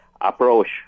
approach